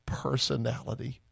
personality